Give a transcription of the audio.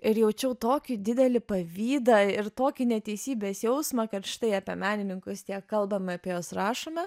ir jaučiau tokį didelį pavydą ir tokį neteisybės jausmą kad štai apie menininkus tiek kalbame apie juos rašome